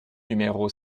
numéro